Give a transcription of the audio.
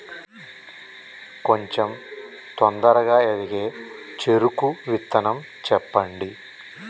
కొంచం తొందరగా ఎదిగే చెరుకు విత్తనం చెప్పండి?